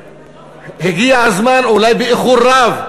הגיע הזמן, אולי באיחור רב,